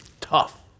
tough